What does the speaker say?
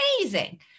amazing